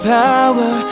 power